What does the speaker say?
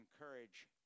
encourage